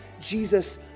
Jesus